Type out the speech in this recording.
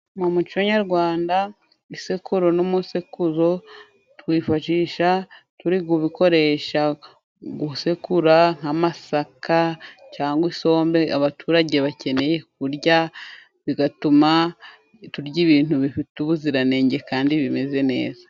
Mu muco nyarwanda isekuru n'umusekuzo, tubyifashisha turi kubikoresha gusekura nk'amasaka cyangwa isombe abaturage bakeneye kurya, bigatuma turya ibintu bifite ubuziranenge kandi bimeze neza.